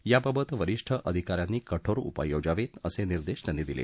याबाबत वरिष्ठ अधिका यांनी कठोर उपाय योजावेत असे निर्देश त्यांनी दिले